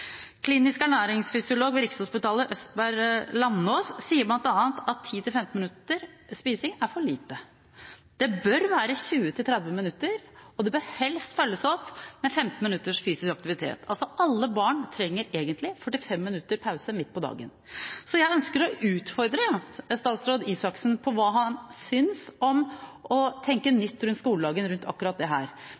Klinisk ernæringsfysiolog ved Rikshospitalet, Østberg Landaas, sier bl.a. at 10–15 minutter til spising er for lite. Det bør være 20–30 minutter, og det bør helst følges opp med 15 minutters fysisk aktivitet. Altså: Alle barn trenger egentlig 45 minutters pause midt på dagen. Så jeg ønsker å utfordre statsråd Røe Isaksen på hva han synes om å tenke nytt rundt skoledagen når det gjelder akkurat dette – ikke nødvendigvis å ha en heldagsskole, som det